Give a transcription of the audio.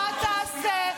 מה תעשה?